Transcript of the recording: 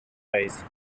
ways